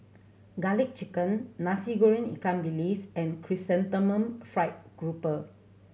Garlic Chicken Nasi Goreng ikan bilis and Chrysanthemum Fried Grouper